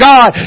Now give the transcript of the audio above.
God